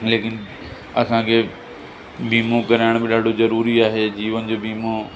लेकिनि असांखे बीमो कराइण बि ॾाढो ज़रूरी आहे जीवन जो बीमो